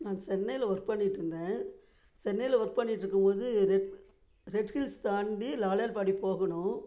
நான் சென்னையில் ஒர்க் பண்ணிட்டுயிருதேன் சென்னையில் ஒர்க் பண்ணிட்டுயிருக்கும் போது ரெட் ரெட்ஹில்ஸ் தாண்டி லாலியாழ்பாடி போகணும்